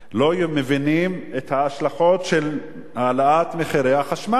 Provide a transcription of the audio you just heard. לא מבינים את ההשלכות של העלאת מחירי החשמל.